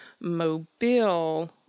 Mobile